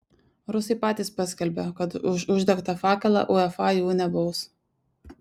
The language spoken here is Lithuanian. rusai patys paskelbė kad už uždegtą fakelą uefa jų nebaus